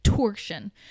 Torsion